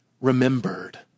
remembered